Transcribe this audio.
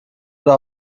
oder